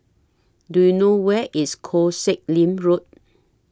Do YOU know Where IS Koh Sek Lim Road